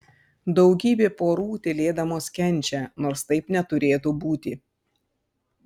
daugybė porų tylėdamos kenčia nors taip neturėtų būti